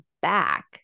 back